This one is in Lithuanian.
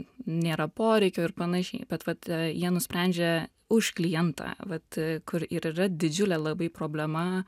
nėra poreikio ir panašiai bet vat jie nusprendžia už klientą vat kur ir yra didžiulė labai problema